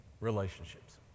relationships